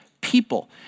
people